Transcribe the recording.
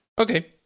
Okay